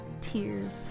tears